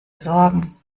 sorgen